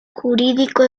jurídico